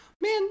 man